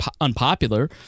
unpopular